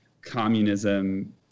communism